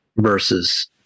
versus